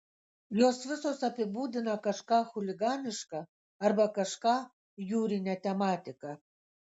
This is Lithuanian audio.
jos visos apibūdina kažką chuliganiška arba kažką jūrine tematika